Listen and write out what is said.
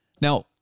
Now